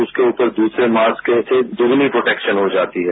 उसके ऊपर दूसरे मास्क से दोगुनी प्रोटेक्शन हो जाती है